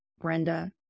Brenda